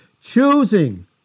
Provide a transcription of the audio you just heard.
Choosing